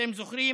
אתם זוכרים